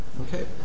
Okay